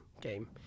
game